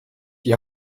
die